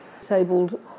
disabled